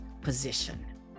position